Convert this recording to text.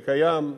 שקיים.